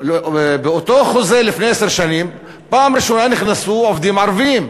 באותו חוזה לפני עשר שנים פעם ראשונה נכנסו עובדים ערבים,